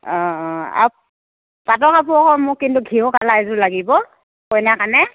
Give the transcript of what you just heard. অ অ আৰু পাটৰ কাপোৰ আকৌ মোক কিন্তু ঘিঁউ কালাৰৰ এযোৰ লাগিব কইনাৰ কাৰণে